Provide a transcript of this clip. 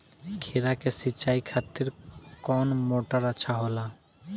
खीरा के सिचाई खातिर कौन मोटर अच्छा होला?